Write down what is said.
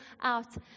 out